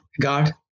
God